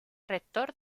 rector